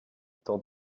temps